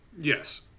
yes